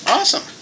Awesome